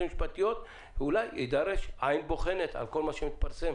אולי תידרש עין בוחנת על כל מה שמתפרסם